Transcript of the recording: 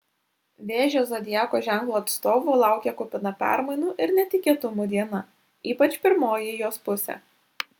vėžio zodiako ženklo atstovų laukia kupina permainų ir netikėtumų diena ypač pirmoji jos pusė